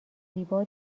زیبا